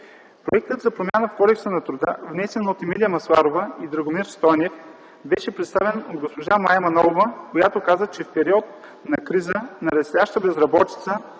Проектът за промени в Кодекса на труда, внесен от Емилия Масларова и Драгомир Стойнев, беше представен от госпожа Мая Манолова, която каза, че в период на криза, на растяща безработица